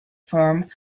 firm